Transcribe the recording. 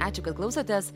ačiū kad klausotės